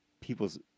people's